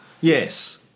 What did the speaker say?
Yes